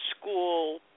school